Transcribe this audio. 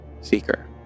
seeker